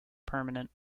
permanent